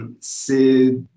C'est